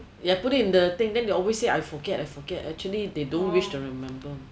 ya put it in the thing then they always say I forget I forget actually they don't wish to remember